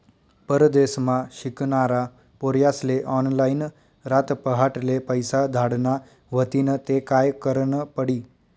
परदेसमा शिकनारा पोर्यास्ले ऑनलाईन रातपहाटले पैसा धाडना व्हतीन ते काय करनं पडी